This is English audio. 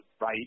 right